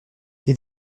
les